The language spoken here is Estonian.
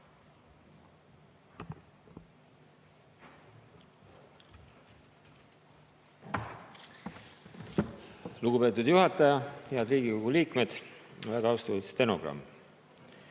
Lugupeetud juhataja! Head Riigikogu liikmed! Väga austatud stenogramm!